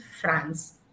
France